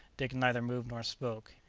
dick neither moved nor spoke.